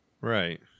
Right